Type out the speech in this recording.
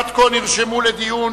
עד כה נרשמו לדיון